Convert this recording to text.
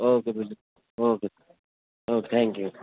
okay بلی okay س okay thank you